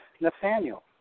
Nathaniel